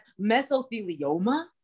mesothelioma